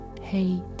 hate